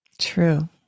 True